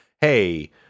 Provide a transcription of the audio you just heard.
hey